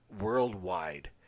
worldwide